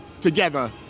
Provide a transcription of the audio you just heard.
together